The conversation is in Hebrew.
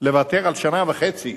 לוותר על שנה וחצי.